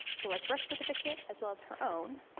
flor's birth certificate, as well as her own,